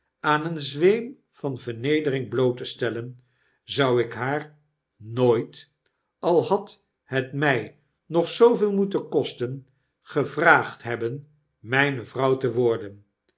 aan een zweem van vernedering bloot te stellen zou ik haar nooit al had het mg nog zooveel moeten kosten gevraagd heb ben mijne vrouw te worden